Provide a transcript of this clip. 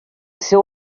seu